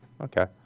Okay